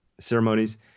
ceremonies